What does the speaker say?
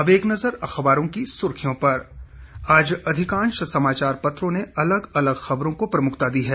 अब एक नजर अखबारों की सुर्खियों पर आज अधिकांश समाचार पत्रों ने अलग अलग खबरों को प्रमुखता दी है